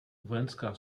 vojenská